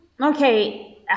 Okay